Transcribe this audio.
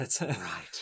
right